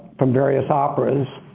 from various operas.